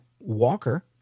Walker